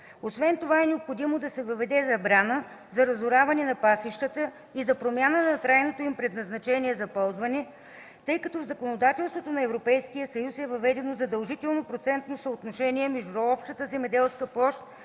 Освен това е необходимо да се въведе забрана за разораване на пасищата и за промяна на трайното им предназначение за ползване, тъй като в законодателството на ЕС е въведено задължително процентно съотношение между общата земеделска площ,